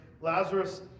Lazarus